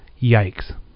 Yikes